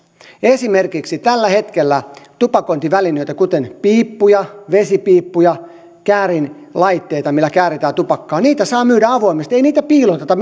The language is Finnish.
esimerkiksi tällä hetkellä tupakointivälineitä kuten piippuja vesipiippuja käärinlaitteita millä kääritään tupakkaa saa myydä avoimesti ei niitä piiloteta